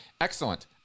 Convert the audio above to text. Excellent